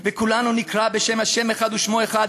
וכולנו נקרא בשם ה' אחד ושמו אחד,